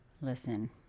listen